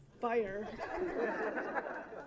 fire